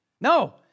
No